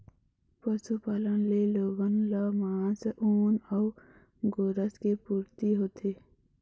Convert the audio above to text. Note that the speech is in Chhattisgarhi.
पशुपालन ले लोगन ल मांस, ऊन अउ गोरस के पूरती होथे